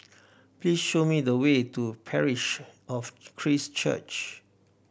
please show me the way to Parish of Christ Church